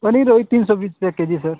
पनीर वही तीन सौ बीस रुपये के जी सर